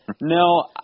No